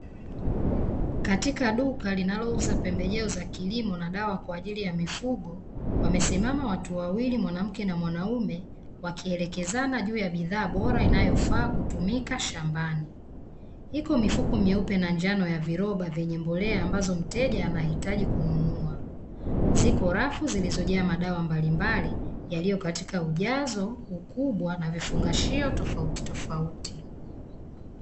Katika duka linalouza pembejeo za kilimo na dawa kwa ajili ya mifugo, wamesimama watu wawili (mwanamke na mwanaume), wakielekezana juu ya bidhaa bora inayofaa kutumika shambani. Iko mifuko meupe na njano, ya viroba vyenye mbolea ambazo mteja anahitaji kununua. Ziko rafu zilizojaa madawa mbalimbali yaliyo katika ujazo, ukubwa, na vifungashio tofautitofauti.